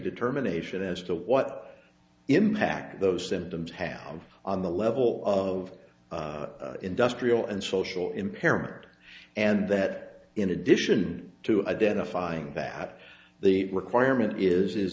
determination as to what impact those symptoms have on the level of industrial and social impairment and that in addition to identifying that the requirement is